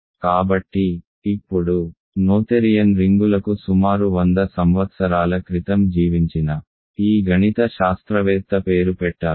కాబట్టి ఇప్పుడు నోథెరియన్ రింగులకు సుమారు వంద సంవత్సరాల క్రితం జీవించిన ఈ గణిత శాస్త్రవేత్త పేరు పెట్టారు